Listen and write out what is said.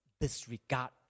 disregard